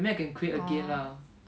orh